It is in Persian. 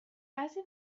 بعضی